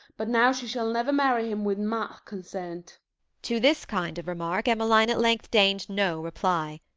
but now she shall never marry him with my consent to this kind of remark emmeline at length deigned no reply.